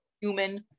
human